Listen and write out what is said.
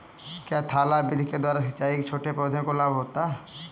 क्या थाला विधि के द्वारा सिंचाई से छोटे पौधों को लाभ होता है?